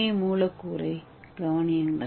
ஏ மூலக்கூறைக் கவனியுங்கள்